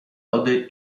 lody